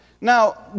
Now